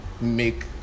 make